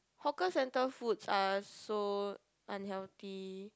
hawker center foods are so unhealthy